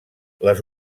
les